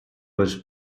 was